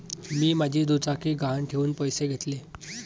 मी माझी दुचाकी गहाण ठेवून पैसे घेतले